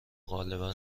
غالبا